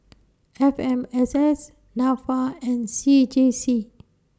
F M S S Nafa and C J C